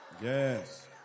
Yes